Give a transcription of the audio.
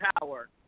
power